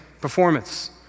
performance